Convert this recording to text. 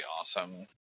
awesome